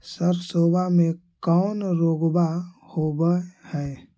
सरसोबा मे कौन रोग्बा होबय है?